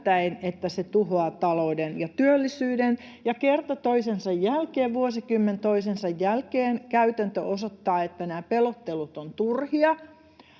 että ne tuhoavat talouden ja työllisyyden, ja kerta toisensa jälkeen, vuosikymmen toisensa jälkeen, käytäntö osoittaa, että nämä pelottelut ovat turhia.